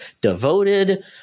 devoted